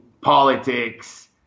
politics